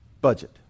Budget